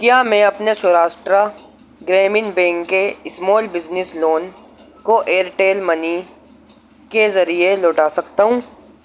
کیا میں اپنے سوراشٹرا گرامین بینک کے اسمال بزنس لون کو ایئرٹیل منی کے ذریعے لوٹا سکتا ہوں